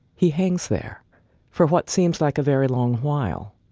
he hangs there for what seems like a very long while.